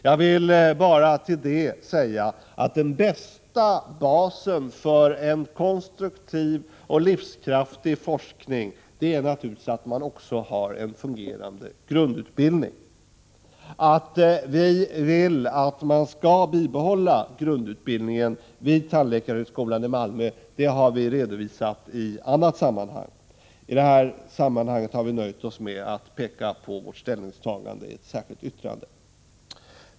Jag vill med anledning av detta säga att den bästa basen för en konstruktiv och livskraftig forskning naturligtvis är att man också har en fungerande grundutbildning. Vi vill att man skall bibehålla grundutbildningen vid tandläkarhögskolan i Malmö. Detta har vi redovisat i annat sammanhang. Nu har vi nöjt oss med att peka på vårt ställningstagande i ett särskilt yttrande.